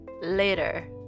later